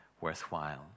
worthwhile